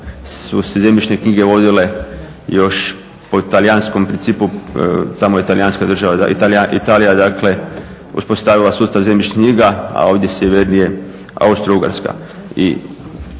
su se zemljišne knjige vodile još po talijanskom principu, tamo je Talijanska država, Italija dakle uspostavila sustav zemljišnih knjiga, a ovdje sjevernije Austrougarska.